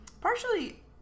Partially